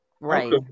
Right